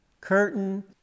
curtain